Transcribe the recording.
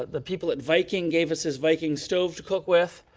the people at viking gave us this viking stove to cook with.